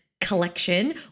collection